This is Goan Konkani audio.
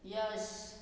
यश